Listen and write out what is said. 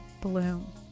bloom